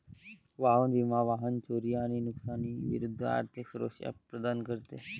वाहन विमा वाहन चोरी आणि नुकसानी विरूद्ध आर्थिक सुरक्षा प्रदान करते